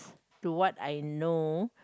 to what I know